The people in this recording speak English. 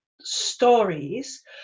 stories